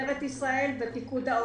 משטרת ישראל ופיקוד העורף.